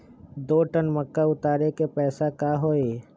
दो टन मक्का उतारे के पैसा का होई?